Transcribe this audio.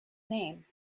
name